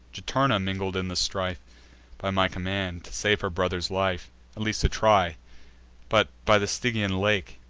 juturna mingled in the strife by my command, to save her brother's life at least to try but, by the stygian lake,